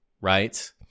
right